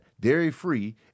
dairy-free